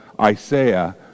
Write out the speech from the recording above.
Isaiah